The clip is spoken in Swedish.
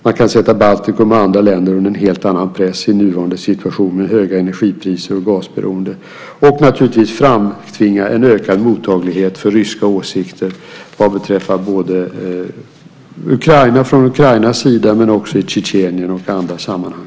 Man kan sätta Baltikum och andra länder under en helt annan press i nuvarande situation med höga energipriser och gasberoende och, naturligtvis, framtvinga en ökad mottaglighet för ryska åsikter vad beträffar Ukraina men också Tjetjenien och i andra sammanhang.